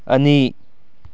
ꯑꯅꯤ